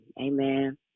Amen